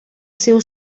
seu